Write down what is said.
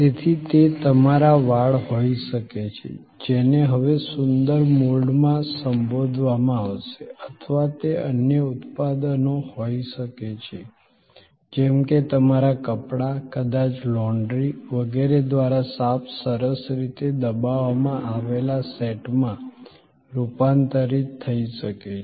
તેથી તે તમારા વાળ હોઈ શકે છે જેને હવે સુંદર મોલ્ડમાં સંબોધવામાં આવશે અથવા તે અન્ય ઉત્પાદનો હોઈ શકે છે જેમ કે તમારા કપડા કદાચ લોન્ડ્રી વગેરે દ્વારા સાફ સરસ રીતે દબાવવામાં આવેલા સેટમાં રૂપાંતરિત થઈ શકે છે